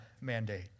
mandate